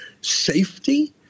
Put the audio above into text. Safety